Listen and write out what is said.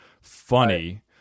funny